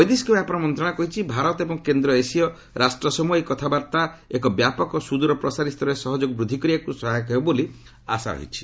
ବୈଦେଶିକ ବ୍ୟାପାର ମନ୍ତ୍ରଣାଳୟ କହିଛି ଭାରତ ଏବଂ କେନ୍ଦ୍ର ଏସୀୟ ରାଷ୍ଟ୍ର ସମ୍ବହ ଏହି କଥାବାର୍ତ୍ତା ଏକ ବ୍ୟାପକ ସ୍ବଦୂର ପ୍ରସାରୀ ସ୍ତରରେ ସହଯୋଗ ବୃଦ୍ଧି କରିବାକୁ ସହାୟକ ହେବ ବୋଲି ଆଶାବାଦୀ ଅଛନ୍ତି